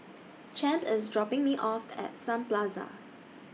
Champ IS dropping Me off At Sun Plaza